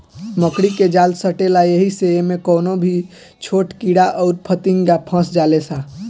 मकड़ी के जाल सटेला ऐही से इमे कवनो भी छोट कीड़ा अउर फतीनगा फस जाले सा